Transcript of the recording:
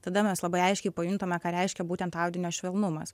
tada mes labai aiškiai pajuntame ką reiškia būtent audinio švelnumas